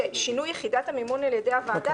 שינוי יחידת המימון על ידי הוועדה,